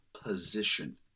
Position